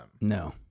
no